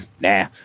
nah